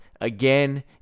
again